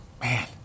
man